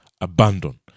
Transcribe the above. abandon